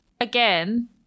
again